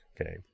okay